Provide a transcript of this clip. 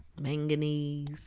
Manganese